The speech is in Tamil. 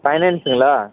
ஃபைனான்ஸ்ஸுங்களா